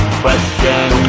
question